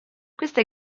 queste